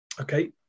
okay